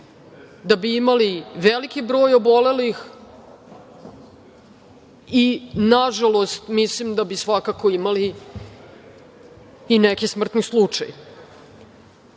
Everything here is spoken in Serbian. da bi imali veliki broj obolelih i nažalost, mislim da bi svakako imali i neki smrtni slučaj. Taj